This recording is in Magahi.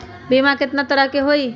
बीमा केतना तरह के होइ?